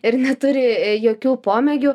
ir neturi jokių pomėgių